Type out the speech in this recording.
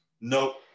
Nope